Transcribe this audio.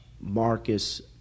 Marcus